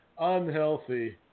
unhealthy